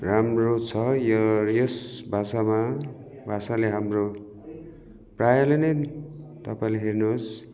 राम्रो छ य यस भाषामा भाषाले हाम्रो प्रायःले नै तपाईँले हेर्नुहोस्